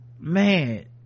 man